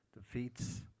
Defeats